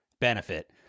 benefit